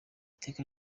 iteka